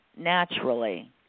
naturally